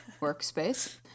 workspace